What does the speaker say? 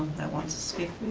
that wants to speak